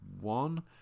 one